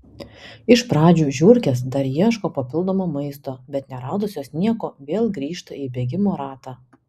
iš pradžių žiurkės dar ieško papildomo maisto bet neradusios nieko vėl grįžta į bėgimo ratą